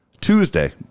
Tuesday